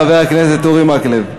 חבר הכנסת אורי מקלב.